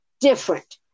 different